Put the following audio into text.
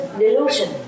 delusion